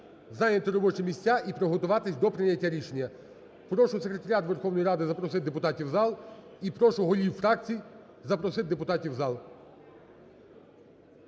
зайняти робочі місця і приготуватись до прийняття рішення. Прошу секретаріат Верховної Ради запросити депутатів у зал і прошу голів фракцій запросити депутатів у зал.